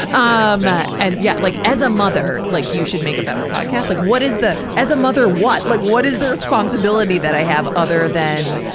um ah and, yeah. like, as a mother, like you should make a better podcast. like what is the, as a mother, what? like, what is the responsibility that i have other than,